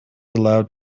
allowed